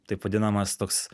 taip vadinamas toks